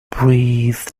breathe